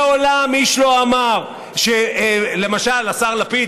מעולם איש לא אמר שלמשל השר לפיד,